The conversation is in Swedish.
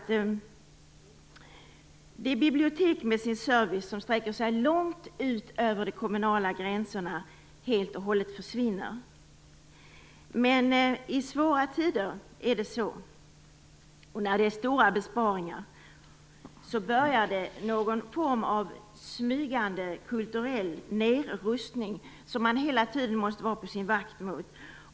Det handlar om att en biblioteksmässig service, som sträcker sig långt över de kommunala gränserna, helt och hållet försvinner. Men i svåra tider med stora besparingar börjar någon form av smygande kulturell nedrustning, som man hela tiden måste vara på sin vakt mot.